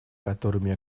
которыми